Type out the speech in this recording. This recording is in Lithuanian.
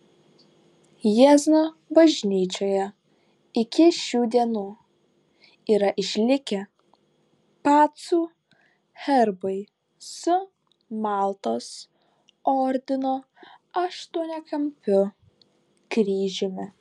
jiezno bažnyčioje iki šių dienų yra išlikę pacų herbai su maltos ordino aštuoniakampiu kryžiumi